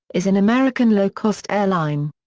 is an american low-cost airline.